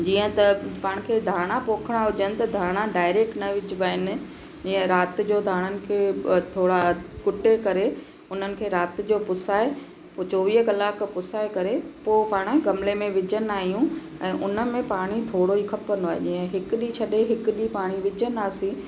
जीअं त पाण खे धाणा पोखणा हुजण त धाणा डायरेक्ट न विझिबा आहिनि ईअं राति जो धाणनि खे थोरा कुटे करे उन्हनि खे राति जो पुसाए पोइ चोवीह कलाक पुसाए करे पोइ पाण गमले में विझंदा आहियूं ऐं उन में पाणी थोरो ई खपंदो आहे जीअं हिकु ॾींहुं छॾे हिकु ॾींहुं पाणी विझंदासीं